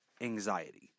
anxiety